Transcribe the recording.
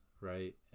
right